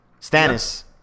Stannis